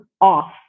off